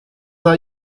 are